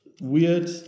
weird